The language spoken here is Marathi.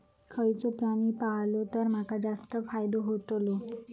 खयचो प्राणी पाळलो तर माका जास्त फायदो होतोलो?